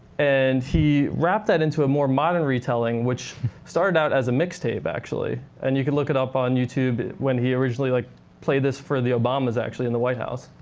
and he wrapped that into a more modern retelling, which started out as a mixtape, actually. and you can look it up on youtube, when he originally like played this for the obamas, actually, in the white house.